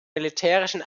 militärischen